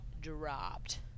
dropped